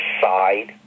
side